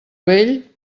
vell